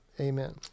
amen